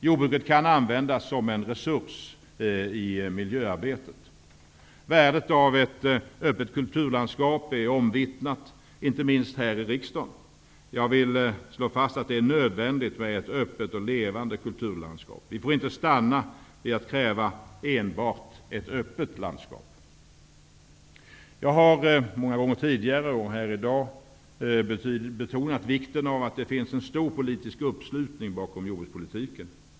Jordbruket kan användas som en resurs i miljöarbetet. Värdet av ett öppet kulturlandskap är omvittnat, inte minst här i riksdagen. Jag vill slå fast att det är nödvändigt med ett öppet och levande kulturlandskap. Vi får inte stanna vid att enbart kräva ett öppet landskap. Jag har många gånger tidigare, och även här i dag, betonat vikten av att det finns en bred politisk uppslutning kring jordbrukspolitiken.